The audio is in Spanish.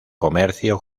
comercio